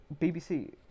BBC